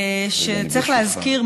שצריך להזכיר,